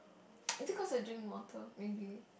I think cause I drink water maybe